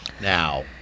now